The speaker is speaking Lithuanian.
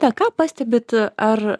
tą ką pastebit ar